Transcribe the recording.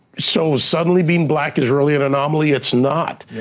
so suddenly, being black is really an anomaly. it's not,